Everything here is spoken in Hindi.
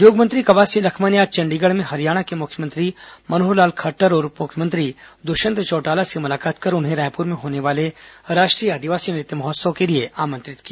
उद्योग मंत्री कवासी लखमा ने आज चंडीगढ़ में हरियाणा के मुख्यमंत्री मनोहरलाल खट्टर और उप मुख्यमंत्री दुष्यंत चौटाला से मुलाकात कर उन्हें रायपुर में होने वाले राष्ट्रीय आदिवासी नृत्य महोत्सव के लिए आमंत्रित किया